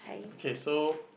okay so